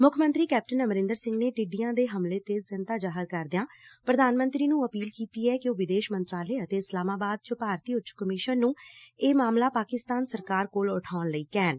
ਮੁੱਖ ਮੰਤਰੀ ਕੈਪਟਨ ਅਮਰਿੰਦਰ ਸਿੰਘ ਨੇ ਟਿੱਡੀਆਂ ਦੇ ਹਮਲੇ ਤੇ ਚਿੰਤਾ ਜ਼ਾਹਿਰ ਕਰਦਿਆਂ ਪ੍ਰਧਾਨ ਮੰਤਰੀ ਨੂੰ ਅਪੀਲ ਕੀਤੀ ਐ ਕਿ ਉਹ ਵਿਦੇਸ਼ ਮੰਤਰਾਲੇ ਅਤੇ ਇਸਲਾਮਾਬਾਦ ਚ ਭਾਰਤੀ ਉਚ ਕਮਿਸ਼ਨ ਨੂੰ ਇਹ ਮਾਮਲਾ ਪਾਕਿਸਤਾਨ ਸਰਕਾਰ ਕੋਲ ਉਠਾਉਣ ਲਈ ਕਹਿਣ